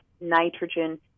nitrogen